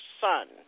son